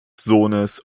sohnes